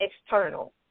external